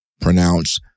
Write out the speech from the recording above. pronounce